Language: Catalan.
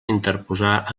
interposar